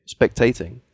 spectating